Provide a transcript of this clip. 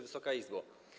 Wysoka Izbo!